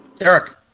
Eric